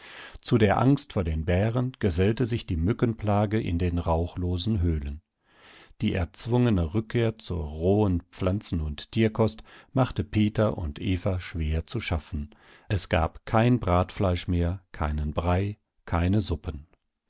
zu der angst vor den bären gesellte sich die mückenplage in den rauchlosen höhlen die erzwungene rückkehr zur rohen pflanzen und tierkost machte peter und eva schwer zu schaffen es gab kein bratfleisch mehr keinen brei keine suppen